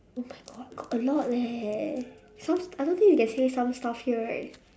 oh my god got a lot leh stuff I don't think you can say some stuff here right